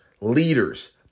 leaders